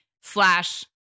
slash